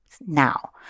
now